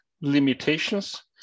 limitations